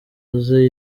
aze